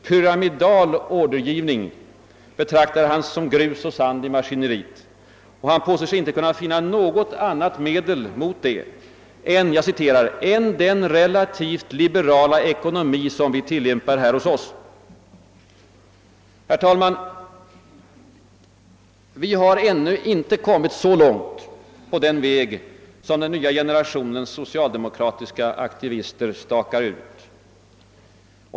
Pyramidal ordergivning betraktar han >»som grus och sand i maskineriet», och han påstår sig inte kunna finna något annat medel mot detta >än den relativt liberala ekonomi som vi tillämpar här hos oss>. Herr talman! Vi har ännu inte kommit så långt på den väg som den nya generationens socialdemokratiska aktivister stakar ut.